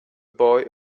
boy